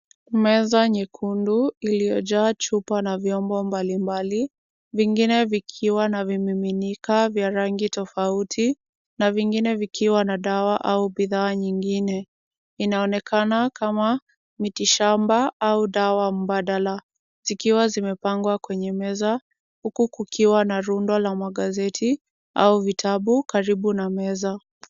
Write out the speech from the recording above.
Meza nyekundu iliyojaa chupa na vyombo mbalimbali vingine vikiwa na vimiminika vya rangi tofauti na vingine vikiwa na dawa au bidhaa nyingine. Inaonekana kama miti shamba au dawa mbadala zikiwa zimepangwa kwenye meza huku kukiwa na rundo la magazeti au vitabu karibu na meza.